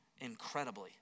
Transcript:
incredibly